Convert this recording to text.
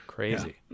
Crazy